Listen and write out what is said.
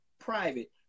private